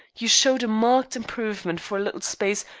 you showed a marked improvement for a little space,